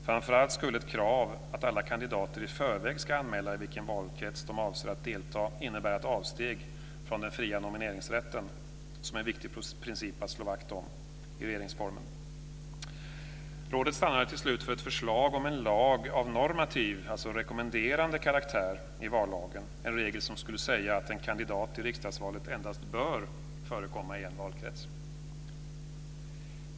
Framför allt skulle ett krav att alla kandidater i förväg ska anmäla i vilken valkrets de avser att delta innebära ett avsteg från den fria nomineringsrätten, som är en viktig princip att slå vakt om. Rådet stannade till slut för ett förslag om en bestämmelse av normativ, rekommenderande, karaktär i vallagen, en regel som skulle säga att en kandidat i riksdagsvalet endast bör förekomma i en valkrets.